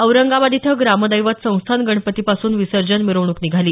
औरंगाबाद इथं ग्रामदैवत संस्थान गणपतीपासून विसर्जन मिरवणुक निघाली